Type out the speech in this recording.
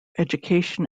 education